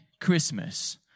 Christmas